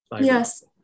yes